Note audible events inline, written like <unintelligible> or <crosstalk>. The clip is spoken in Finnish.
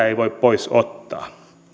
<unintelligible> ei voi pois ottaa